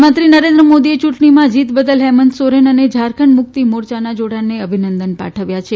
પ્રધાનમંત્રી નરેન્દ્ર મોદીએ ચૂંટણીમાં જીત બદલ હેમંત સોરેન અને ઝારખંડ મુક્તિ મોરયાના ઊડાણને અભિનંદન પાઠવ્યા છે